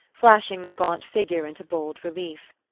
flashing the gaunt figure into bold relief.